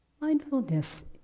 Mindfulness